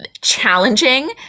challenging